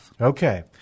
Okay